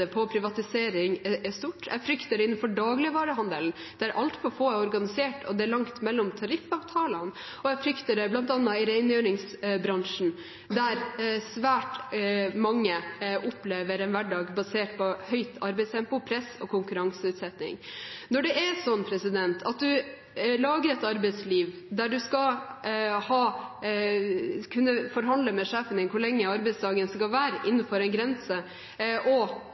på privatisering er stort. Jeg frykter det innenfor dagligvarehandelen, der altfor få er organisert og det er langt mellom tariffavtalene, og jeg frykter det bl.a. i rengjøringsbransjen, der svært mange opplever en hverdag basert på høyt arbeidstempo, press og konkurranseutsetting. Når det er slik at man lager et arbeidsliv der man skal kunne forhandle med sjefen sin om hvor lang arbeidsdagen skal være, innenfor en grense, og